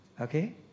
Okay